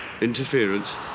interference